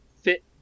fit